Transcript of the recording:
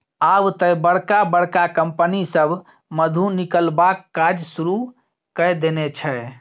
आब तए बड़का बड़का कंपनी सभ मधु निकलबाक काज शुरू कए देने छै